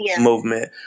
movement